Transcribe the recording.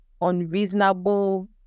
unreasonable